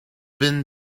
been